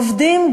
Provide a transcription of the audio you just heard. עובדים,